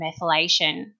methylation